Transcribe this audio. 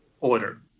order